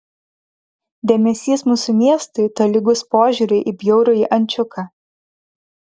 dėmesys mūsų miestui tolygus požiūriui į bjaurųjį ančiuką